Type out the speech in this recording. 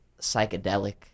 psychedelic